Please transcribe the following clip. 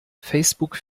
facebook